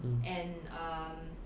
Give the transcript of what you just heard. and um